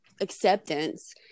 acceptance